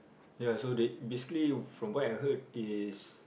ya so they basically from what I heard is